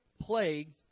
plagues